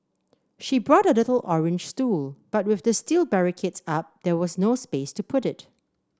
she brought a little orange stool but with the steel barricades up there was no space to put it